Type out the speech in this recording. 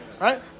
right